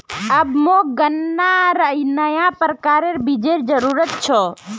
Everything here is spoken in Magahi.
अब मोक गन्नार नया प्रकारेर बीजेर जरूरत छ